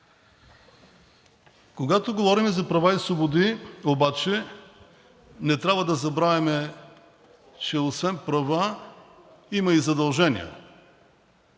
Когато говорим за права и свободи обаче, не трябва да забравяме, че освен права има и задължения